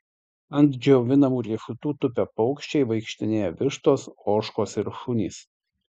ant džiovinamų riešutų tupia paukščiai vaikštinėja vištos ožkos ir šunys